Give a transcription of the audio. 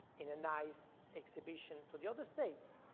in a nice exhibition to the other states,